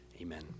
Amen